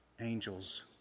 angels